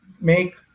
make